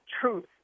truth